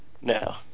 No